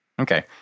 Okay